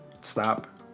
stop